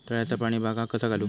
तळ्याचा पाणी बागाक कसा घालू?